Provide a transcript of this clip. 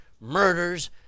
murders